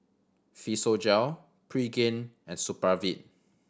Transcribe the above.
Physiogel Pregain and Supravit